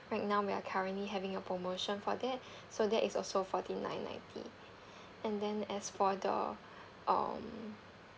right now we are currently having a promotion for that so that is also forty nine ninety and then as for the um